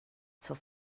zur